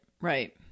right